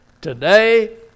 today